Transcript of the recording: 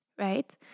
Right